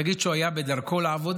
נגיד שהוא היה בדרכו לעבודה,